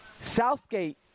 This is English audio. Southgate